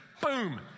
Boom